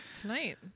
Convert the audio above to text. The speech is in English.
tonight